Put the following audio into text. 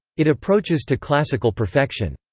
it approaches to classical perfection.